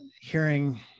hearing